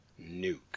nuke